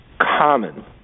common